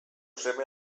seme